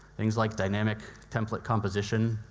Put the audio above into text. things like dynamic template composition,